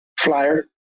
flyer